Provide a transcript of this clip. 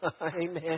Amen